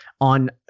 on